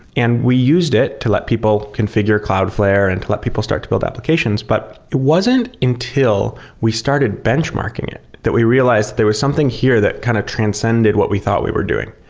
and we used it to let people configure cloudflare and to let people start to build applications, but it wasn't until we started benchmarking it that we realized there was something here that kind of transcended what we thought we were doing,